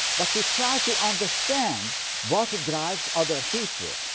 but to try to understand what drives other people.